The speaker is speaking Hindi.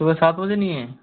सुबह सात बजे नहीं है